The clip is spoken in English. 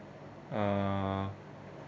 uh